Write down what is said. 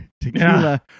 tequila